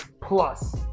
plus